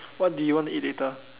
what do you want to eat later